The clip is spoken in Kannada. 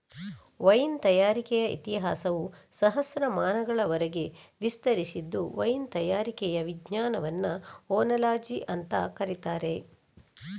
ವೈನ್ ತಯಾರಿಕೆಯ ಇತಿಹಾಸವು ಸಹಸ್ರಮಾನಗಳವರೆಗೆ ವಿಸ್ತರಿಸಿದ್ದು ವೈನ್ ತಯಾರಿಕೆಯ ವಿಜ್ಞಾನವನ್ನ ಓನಾಲಜಿ ಅಂತ ಕರೀತಾರೆ